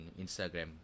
Instagram